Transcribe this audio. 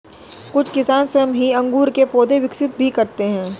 कुछ किसान स्वयं ही अंगूर के पौधे विकसित भी करते हैं